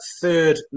third